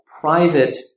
private